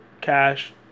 Cash